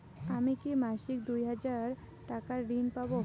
আমি কি মাসিক দুই হাজার টাকার ঋণ পাব?